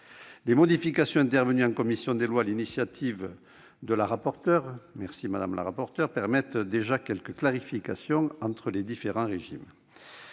Les modifications intervenues en commission des lois sur l'initiative de Mme la rapporteure- et il faut l'en remercier -permettent déjà quelques clarifications entre les différents régimes.